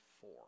four